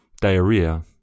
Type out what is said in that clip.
diarrhea